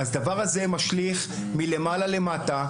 הדבר הזה משליך מלמעלה למטה,